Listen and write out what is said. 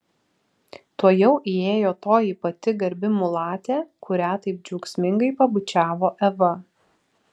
tuojau įėjo toji pati garbi mulatė kurią taip džiaugsmingai pabučiavo eva